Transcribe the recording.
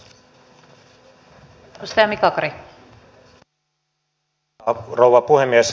arvoisa rouva puhemies